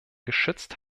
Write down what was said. geschützt